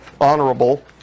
Honorable